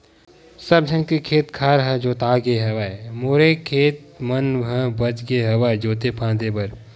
सब झन के खेत खार ह जोतागे हवय मोरे खेत मन ह बचगे हवय जोते फांदे बर